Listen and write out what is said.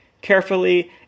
carefully